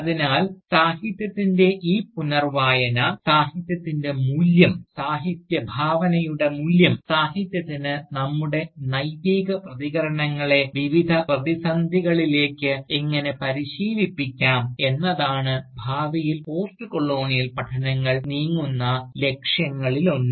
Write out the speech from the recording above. അതിനാൽ സാഹിത്യത്തിൻറെ ഈ പുനർഭാവന സാഹിത്യത്തിൻറെ മൂല്യം സാഹിത്യ ഭാവനയുടെ മൂല്യം സാഹിത്യത്തിന് നമ്മുടെ നൈതിക പ്രതികരണങ്ങളെ വിവിധ പ്രതിസന്ധികളിലേക്ക് എങ്ങനെ പരിശീലിപ്പിക്കാം എന്നതാണ് ഭാവിയിൽ പോസ്റ്റ്കൊളോണിയൽ പഠനങ്ങൾ നീങ്ങുന്ന ലക്ഷ്യങ്ങളിലൊന്ന്